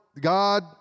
God